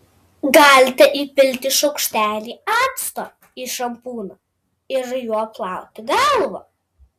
galite įpilti šaukštelį acto į šampūną ir juo plauti galvą